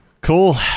cool